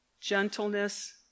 gentleness